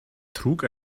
trug